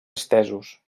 estesos